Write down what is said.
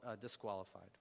disqualified